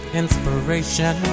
inspiration